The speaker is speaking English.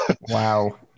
Wow